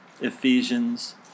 Ephesians